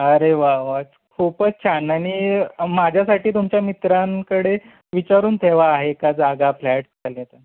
अरे वा वा खूपच छान आणि माझ्यासाठी तुमच्या मित्रांकडे विचारून ठेवा आहे का जागा फ्लॅट्स झाले तर